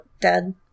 dead